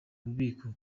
bubiko